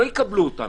לא יקבלו אותן.